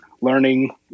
learning